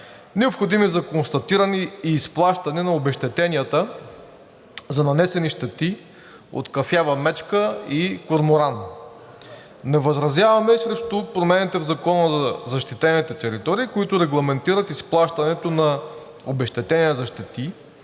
необходими за констатиране и изплащане на обезщетенията за нанесени щети от кафява мечка и корморан. Не възразяваме и срещу промените в Закона за защитените територии, които регламентират изплащането на обезщетения за щети,